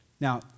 Now